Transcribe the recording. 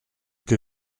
que